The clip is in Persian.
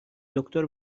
دکتر